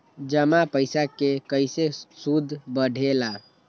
जमा पईसा के कइसे सूद बढे ला?